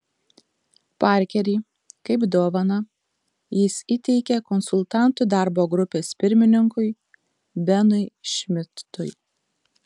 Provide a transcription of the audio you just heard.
parkerį kaip dovaną jis įteikė konsultantų darbo grupės pirmininkui benui šmidtui